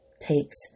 takes